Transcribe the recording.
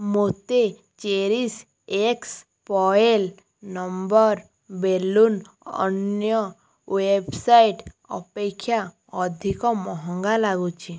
ମୋତେ cherish x foil number balloon ଅନ୍ୟ website ଅପେକ୍ଷା ଅଧିକ ମହଙ୍ଗା ଲାଗୁଛି